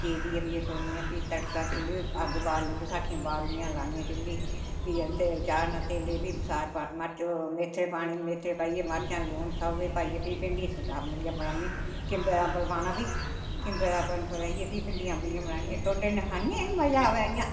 चीरियै फ्ही छोड़नियां फ्ही तड़का चुल्ली अग्ग बालनी बैसाखियां बालनियां लानियां चुल्ली फ्ही तेल चाढ़ना तेलै फ्ही बसार पा मरच मेथरे पाने मेथरे पाइयै मरचां लून सब किश पाइयै फ्ही भिंडी सुट्टी अंबलियां बनाने किम्बै दे उप्पर पाना फ्ही किम्बै दे उप्पर पाई फ्ही भिंडी अंबलियां बनानियां टोडे कन्नै खानियां एह् मज़ा आवै इ'यां